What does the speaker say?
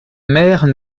mère